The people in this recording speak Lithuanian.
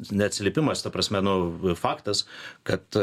neatsiliepimas ta prasme nu faktas kad